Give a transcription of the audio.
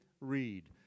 Read